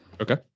Okay